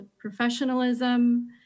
professionalism